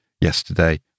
yesterday